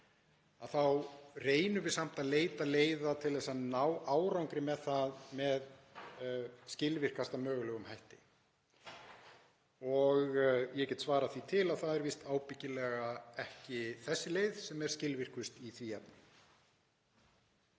þá reynum við samt að leita leiða til að ná árangri með skilvirkasta mögulegum hætti. Ég get svarað því til að það er víst ábyggilega ekki þessi leið sem er skilvirkust í því efni.